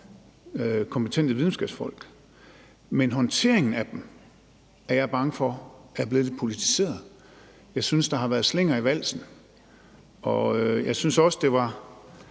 kompetente videnskabsfolk, men håndteringen af dem er jeg bange for er blevet lidt politiseret. Jeg synes, der har været slinger i valsen. Det var